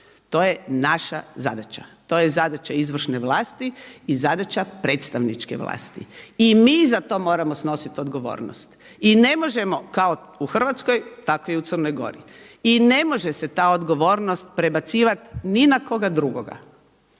To je naša zadaća, to je zadaća izvršne vlasti i zadaća predstavničke vlasti. I mi za to moramo snositi odgovornost i ne možemo, kako u Hrvatskoj tako i u Crnoj Gori, i ne može se ta odgovornost prebacivati ni na koga drugoga,